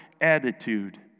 attitude